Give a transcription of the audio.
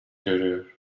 görüyor